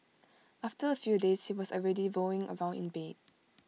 after A few days he was already rolling around in bed